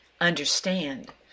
Understand